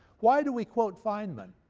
why do we quote feynman?